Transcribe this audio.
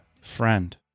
friend